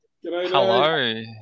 Hello